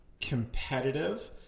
competitive